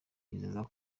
yizeza